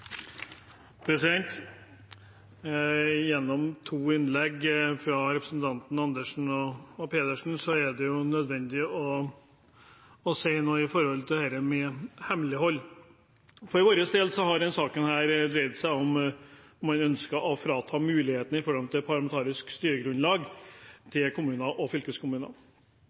to innlegg fra representantene Andersen og Pedersen er det nødvendig å si noe om hemmelighold. For vår del har denne saken dreid seg om man ønsket å frata kommuner og fylkeskommuner mulighetene for parlamentarisk